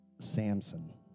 Samson